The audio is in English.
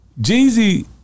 Jeezy